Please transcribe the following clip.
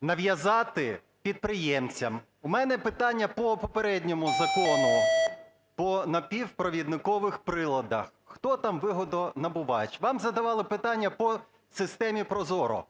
нав'язати підприємцям? У мене питання по попередньому закону по напівпровідникових приладах: хто там вигодонабувач? Вам задавали питання по системі ProZorro.